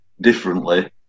differently